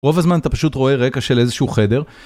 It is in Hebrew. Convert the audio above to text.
רוב הזמן אתה פשוט רואה רקע של איזשהו חדר.